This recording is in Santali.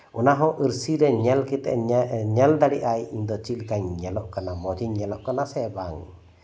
ᱚᱱᱟᱦᱚᱸ ᱟᱨᱥᱤᱨᱮ ᱧᱮᱞ ᱫᱟᱲᱮ ᱟᱭ ᱤᱧ ᱫᱚ ᱪᱮᱫ ᱞᱮᱠᱟᱧ ᱧᱮᱞᱚᱜ ᱠᱟᱱᱟ ᱢᱚᱡᱤᱧ ᱧᱮᱞᱚᱜ ᱠᱟᱱᱟ ᱥᱮ ᱵᱟᱝ